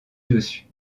dessus